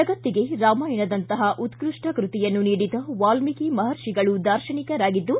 ಜಗತ್ತಿಗೆ ರಾಮಾಯಣದಂತಹ ಉತ್ಪಷ್ಟ ಕೃತಿಯನ್ನು ನೀಡಿದ ವಾಲ್ಕಿ ಮಹರ್ಷಿಗಳು ದಾರ್ತನಿಕರಾಗಿದ್ದು